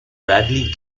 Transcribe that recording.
bradley